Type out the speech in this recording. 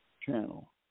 channel